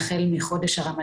כלומר